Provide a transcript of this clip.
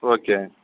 okay